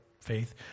faith